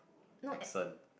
accent